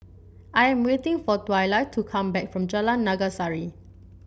I am waiting for Twyla to come back from Jalan Naga Sari